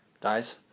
dies